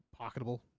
pocketable